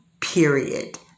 period